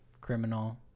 criminal